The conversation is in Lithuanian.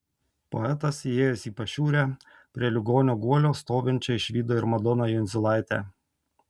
poetas įėjęs į pašiūrę prie ligonio guolio stovinčią išvydo ir madoną jundzilaitę